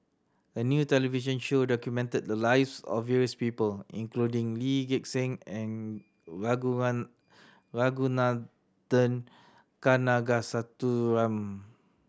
a new television show documented the lives of various people including Lee Gek Seng and Ragunathar Kanagasuntheram